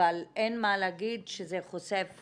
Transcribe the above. אבל אין מה להגיד שזה חושף